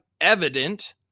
evident